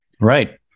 Right